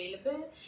available